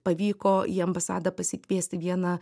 pavyko jį ambasadą pasikviesti vieną